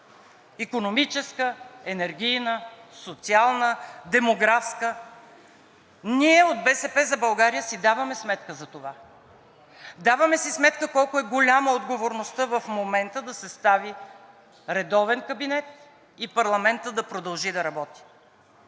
икономическа, енергийна, социална, демографска. Ние от „БСП за България“ си даваме сметка за това. Даваме си сметка колко е голяма отговорността в момента да се състави редовен кабинет и парламентът да продължи да работи